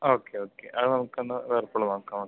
okay okay അത് നമുക്ക് എന്നാൽ വേർപൂൾ നോക്കാം ഓക്കെ